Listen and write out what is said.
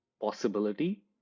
possibility